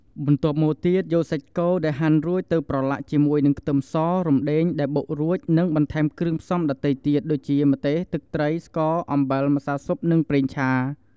បន្ទាប់មកទៀតយកសាច់គោដែលហាន់រួចទៅប្រឡាក់ជាមួយខ្ទឹមស រំដេង ដែលបុករួច និងបន្ថែមគ្រឿងផ្សំដទៃទៀតដូចជាម្ទេសទឹកត្រីស្ករអំបិលម្សៅស៊ុបនិងប្រេងឆា។